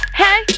hey